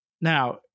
Now